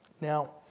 Now